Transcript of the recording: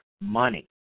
money